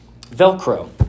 Velcro